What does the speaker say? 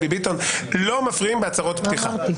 מפריעים בהצהרות פתיחה.